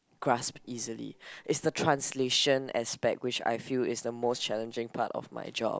grasp easily it's the translation aspect which I feel is the most challenging part of my job